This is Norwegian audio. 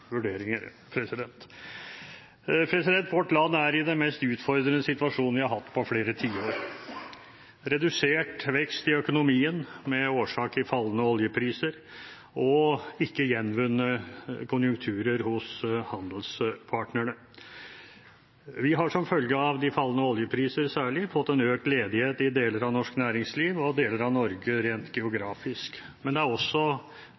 vurderinger. Vårt land er i den mest utfordrende situasjonen vi har hatt på flere tiår: redusert vekst i økonomien med årsak i fallende oljepriser og ikke gjenvunne konjunkturer hos handelspartnerne. Vi har, særlig som følge av de fallende oljepriser, fått en økt ledighet i deler av norsk næringsliv og deler av Norge rent geografisk, men det er også